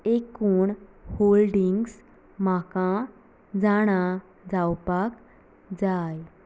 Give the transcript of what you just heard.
एकूण होल्डींग्स म्हाका जाणा जावपाक जाय